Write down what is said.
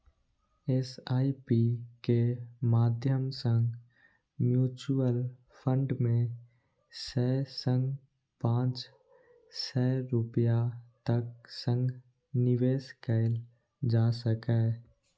SIP के माध्यम सं म्यूचुअल फंड मे सय सं पांच सय रुपैया तक सं निवेश कैल जा सकैए